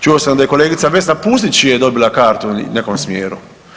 Čuo sam da je kolegica Vesna Pusić dobila kartu u nekom smjeru.